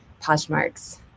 Poshmark's